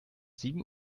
sieben